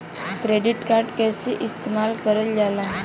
Credit card कईसे इस्तेमाल करल जाला?